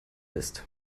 ist